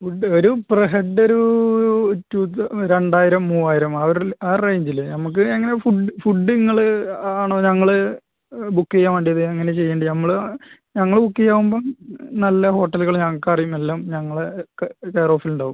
food ഒരു per head ഒരു two രണ്ടായിരം മൂവായിരം ആ ഒരു ആ റേഞ്ചിൽ നമുക്ക് എങ്ങനെ ഫുഡ് ഫുഡ് നിങ്ങൾ ആണോ ഞങ്ങൾ ബുക്ക് ചെയ്യാൻ വേണ്ടത് എങ്ങനെ ചെയ്യേണ്ടത് നമ്മൾ ഞങ്ങൾ ബുക്ക് ചെയ്യുമ്പം നല്ല ഹോട്ടലുകൾ ഞങ്ങൾക്ക് അറിയുന്നത് എല്ലാം ഞങ്ങളെ കെയർ ഓഫിൽ ഉണ്ടാവും